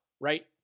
right